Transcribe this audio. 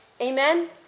Amen